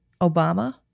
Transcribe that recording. Obama